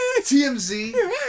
TMZ